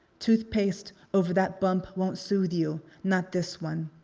toothpaste over that bump won't soothe you, not this one.